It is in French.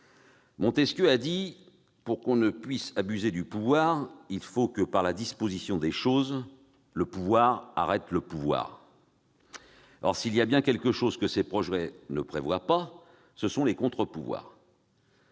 Montesquieu a dit :« Pour qu'on ne puisse abuser du pouvoir, il faut que, par la disposition des choses, le pouvoir arrête le pouvoir. » Or s'il y a bien une chose que ces projets ne prévoient pas, ce sont des contre-pouvoirs.